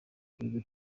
perezida